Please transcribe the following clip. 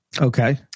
Okay